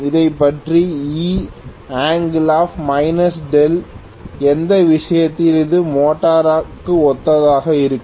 இதைப் பற்றி E δ எந்த விஷயத்தில் இது மோட்டருக்கு ஒத்ததாக இருக்கும்